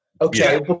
Okay